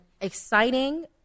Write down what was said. exciting